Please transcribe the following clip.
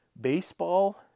baseball